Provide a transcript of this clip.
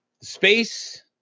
Space